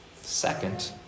Second